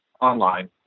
online